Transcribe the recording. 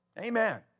Amen